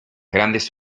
grandes